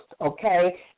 okay